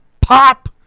pop